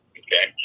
okay